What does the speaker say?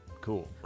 cool